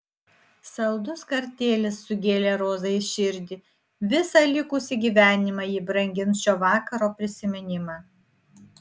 saldus kartėlis sugėlė rozai širdį visą likusį gyvenimą ji brangins šio vakaro prisiminimą